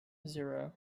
zero